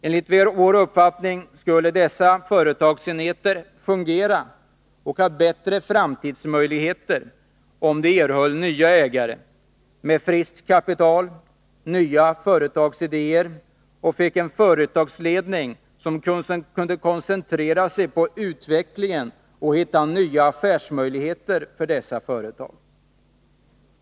Enligt vår uppfattning skulle dessa företagsenheter fungera och ha bättre framtidsmöjligheter, om de erhöll nya ägare med friskt kapital, nya företagsidéer och fick en företagsledning som kunde koncentrera sig på utvecklingen och hitta nya affärsmöjligheter för dessa företag.